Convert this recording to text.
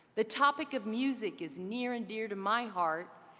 the topic of music is near and dear to my heart.